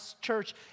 church